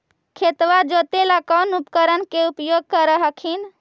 खेतबा जोते ला कौन उपकरण के उपयोग कर हखिन?